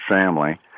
family